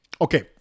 Okay